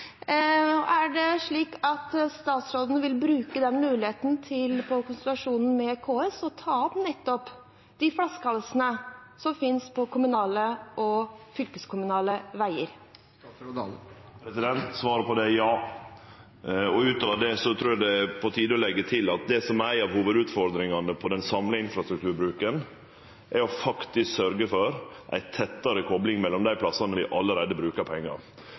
statsråden bruke den muligheten, konsultasjonen med KS, til å ta opp de flaskehalsene som finnes på kommunale og fylkeskommunale veier? Svaret på det er ja. Utover det trur eg det er på tide å leggje til at det som er ei av hovudutfordringane på den samla infrastrukturbruken, er å sørgje for ei tettare kopling mellom dei plassane der vi allereie brukar pengar.